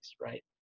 right